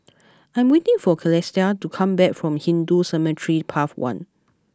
I am waiting for Calista to come back from Hindu Cemetery Path one